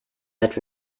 that